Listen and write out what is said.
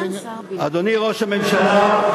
אדוני ראש הממשלה,